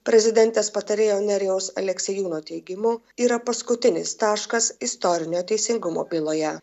prezidentės patarėjo nerijaus aleksiejūno teigimu yra paskutinis taškas istorinio teisingumo byloje